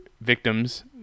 victims